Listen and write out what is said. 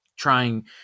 trying